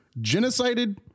genocided